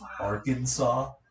Arkansas